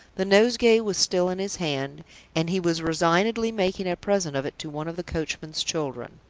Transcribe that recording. the nosegay was still in his hand and he was resignedly making a present of it to one of the coachman's children.